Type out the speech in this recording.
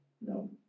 No